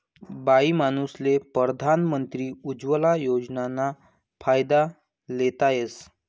बाईमानूसले परधान मंत्री उज्वला योजनाना फायदा लेता येस